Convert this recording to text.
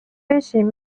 بشین